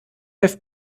have